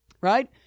right